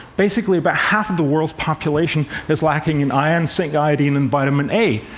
basically, about half of the world's population is lacking in iron, zinc, iodine and vitamin a.